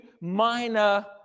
minor